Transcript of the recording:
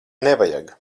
nevajag